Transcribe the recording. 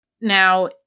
now